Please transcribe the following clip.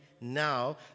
now